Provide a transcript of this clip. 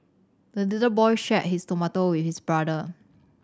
the little boy shared his tomato with his brother